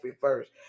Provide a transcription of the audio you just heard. first